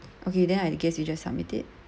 okay then I guess we just submit it